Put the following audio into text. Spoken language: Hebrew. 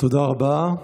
תודה רבה.